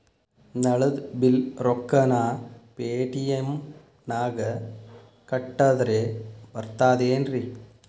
ನಳದ್ ಬಿಲ್ ರೊಕ್ಕನಾ ಪೇಟಿಎಂ ನಾಗ ಕಟ್ಟದ್ರೆ ಬರ್ತಾದೇನ್ರಿ?